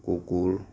কুকুৰ